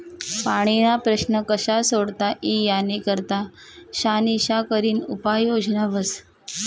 पाणीना प्रश्न कशा सोडता ई यानी करता शानिशा करीन उपाय योजना व्हस